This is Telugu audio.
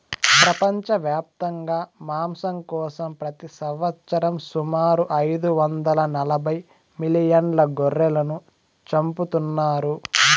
ప్రపంచవ్యాప్తంగా మాంసం కోసం ప్రతి సంవత్సరం సుమారు ఐదు వందల నలబై మిలియన్ల గొర్రెలను చంపుతున్నారు